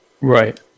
Right